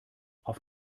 auf